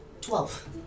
Twelve